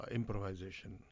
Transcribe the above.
improvisation